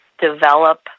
develop